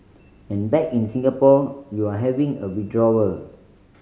and back in Singapore you're having a withdrawal